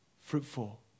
fruitful